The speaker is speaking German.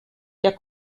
der